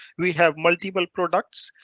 we have multiple products,